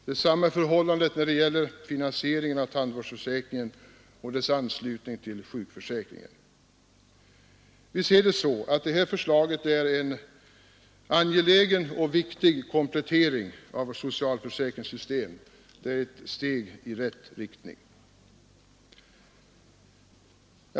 Detsamma är förhållandet när det gäller finansieringen av tandvårdsförsäkringen och dess anslutning till sjukförsäkringen. Vi ser det här förslaget som en angelägen och viktig komplettering av socialförsäkringssystemet — det är ett steg i rätt riktning.